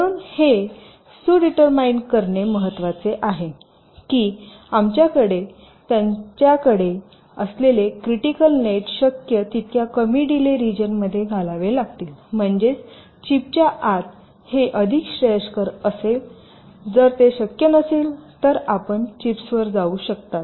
म्हणून हे सुडिटरमाईन करणे महत्वाचे आहे की आमच्याकडे त्यांच्याकडे असलेले क्रिटिकल नेट शक्य तितक्या कमी डीले रिजन मध्ये घालावे लागतील म्हणजेच चिपच्या आत हे अधिक श्रेयस्कर आहे जर ते शक्य नसेल तरच आपण चिप्सवर जाऊ शकता